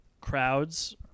crowds